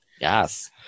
Yes